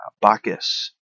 Bacchus